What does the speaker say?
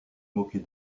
moquer